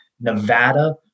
Nevada